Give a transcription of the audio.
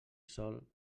sol